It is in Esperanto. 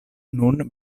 nun